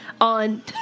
on